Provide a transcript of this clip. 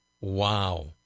Wow